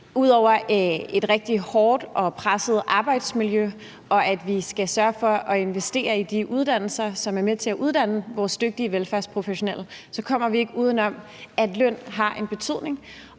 der er et rigtig hårdt og presset arbejdsmiljø, og at vi skal sørge for at investere i de uddannelser, som er med til at uddanne vores dygtige velfærdsprofessionelle, kommer vi ikke uden om, at løn har en betydning,